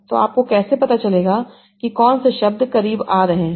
तो आपको कैसे पता चलेगा कि कौन से शब्द करीब आ रहे हैं